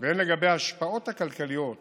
והן לגבי ההשפעות הכלכליות